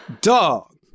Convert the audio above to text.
Dog